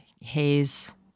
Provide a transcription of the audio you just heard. haze